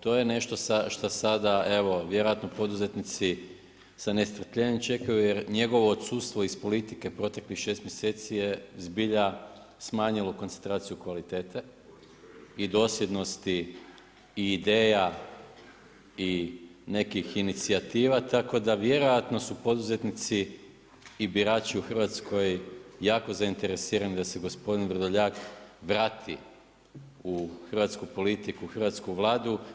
to je nešto šta sada evo vjerojatno poduzetnici sa nestrpljenjem čekaju jer njegovo odsustvo iz politike proteklih šest mjeseci zbilja smanjilo koncentraciju kvalitete i dosljednosti i ideja i nekih inicijativa, tako da vjerojatno su poduzetnici i birači u Hrvatskoj jako zainteresirani da se gospodin Vrodljak vrati u hrvatsku politiku, hrvatsku Vladu.